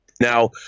Now